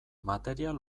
material